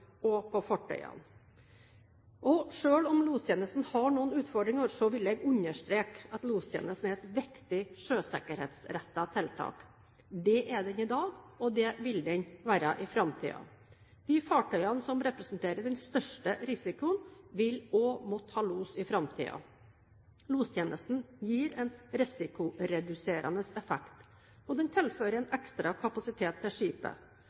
og på fartøyene. Selv om lostjenesten har noen utfordringer, vil jeg understreke at lostjenesten er et viktig sjøsikkerhetsrettet tiltak. Det er den i dag, og det vil den være i framtiden. De fartøyene som representerer den største risikoen, vil også måtte ha los i framtiden. Lostjenesten gir en risikoreduserende effekt, og den tilfører en ekstra kapasitet til skipet.